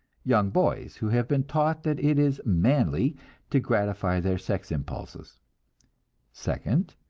young boys who have been taught that it is manly to gratify their sex impulses second,